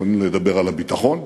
אני מדבר על הביטחון,